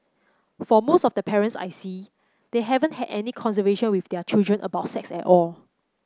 for most of the parents I see they haven't had any conversation with their children about sex at all